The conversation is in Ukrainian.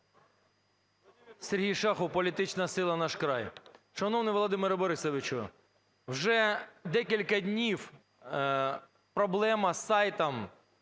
Сергій Шахов, Політична сила "Наш край". Шановний Володимире Борисовичу! Вже декілька дні проблема з сайтом,